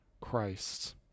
Christ